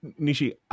Nishi